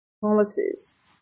policies